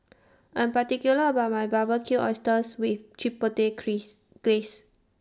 I'm particular about My Barbecued Oysters with Chipotle Kris Glaze